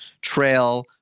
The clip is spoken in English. Trail